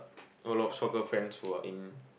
a lot of soccer friends who are in